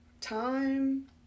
time